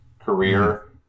career